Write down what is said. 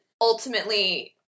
ultimately